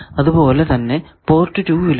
അതുപോലെ തന്നെ പോർട്ട് 2 ലും